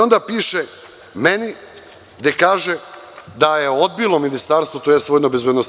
Onda piše meni gde kaže da je odbilo ministarstvo tj. VBA.